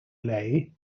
lay